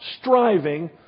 striving